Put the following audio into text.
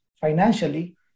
financially